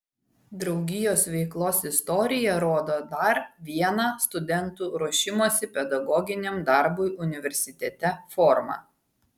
draugijos veiklos istorija rodo dar vieną studentų ruošimosi pedagoginiam darbui universitete formą